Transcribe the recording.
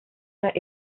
that